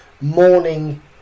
morning